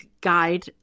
guide